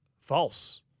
False